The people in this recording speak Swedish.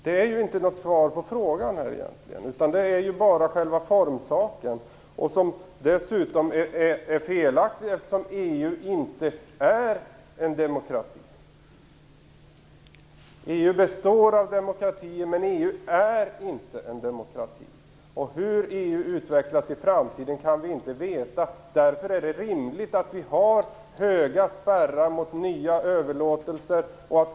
Men det är egentligen inte svar på frågan, utan det är bara en formsak. Det är dessutom felaktigt, eftersom EU inte är en demokrati. EU består av demokratier, men EU är inte en demokrati. Hur EU utvecklas i framtiden kan vi inte veta. Därför vore det rimligt med höga spärrar mot nya överlåtelser.